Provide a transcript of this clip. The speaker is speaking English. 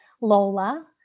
Lola